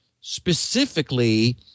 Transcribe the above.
specifically